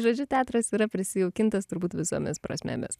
žodžiu teatras yra prisijaukintas turbūt visomis prasmėmis